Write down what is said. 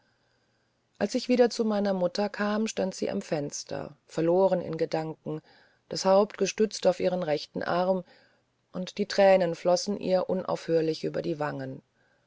als ich wieder zu meiner mutter kam stand sie am fenster verloren in gedanken das haupt gestützt auf ihrem rechten arm und die tränen flossen ihr unaufhörlich über die wangen